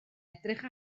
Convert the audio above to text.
edrych